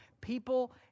People